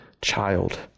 child